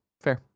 Fair